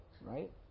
Right